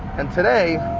and today,